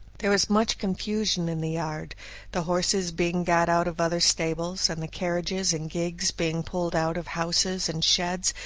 there was much confusion in the yard the horses being got out of other stables, and the carriages and gigs being pulled out of houses and sheds,